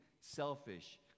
selfish